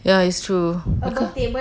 ya it's true